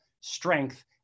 strength